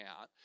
out